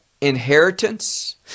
inheritance